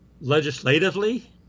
legislatively